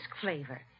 flavor